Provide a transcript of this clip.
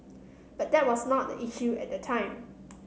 but that was not the issue at that time